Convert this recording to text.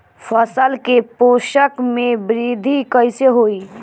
फसल के पोषक में वृद्धि कइसे होई?